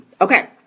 Okay